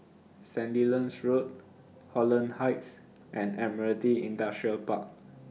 Sandilands Road Holland Heights and Admiralty Industrial Park